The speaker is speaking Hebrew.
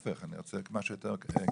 כמה שיותר קרוב.